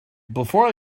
before